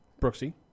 Brooksy